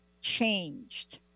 changed